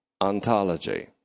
ontology